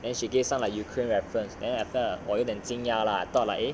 then she gave some like ukraine reference then 我有点惊讶 lah I thought like eh